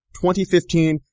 2015